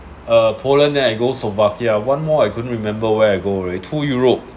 uh poland then I go slovakia one more I couldn't remember where I go already two europe